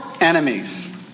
enemies